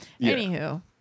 anywho